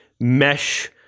mesh